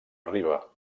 arriba